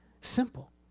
Simple